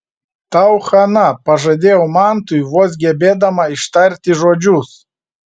tau chana pažadėjau mantui vos gebėdama ištarti žodžius